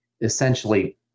essentially